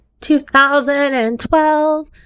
2012